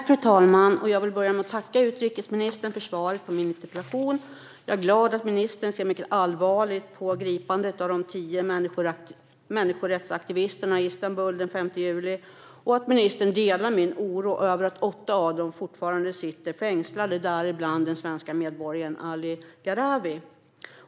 Fru talman! Jag vill börja med att tacka utrikesministern för svaret på min interpellation. Jag är glad för att ministern ser mycket allvarligt på gripandet av de tio människorättsaktivisterna i Istanbul den 5 juli och för att ministern delar min oro över att åtta av dem fortfarande sitter fängslade, däribland den svenske medborgaren Ali Gharavi.